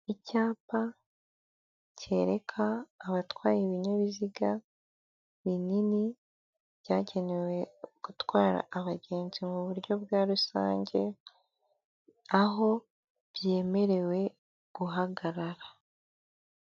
Icyapa cyereka abatwaye ibinyabiziga binini byagenewe gutwara abagenzi mu buryo bwa rusange, aho byemerewe guhagarara.